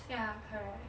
ya correct